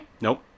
nope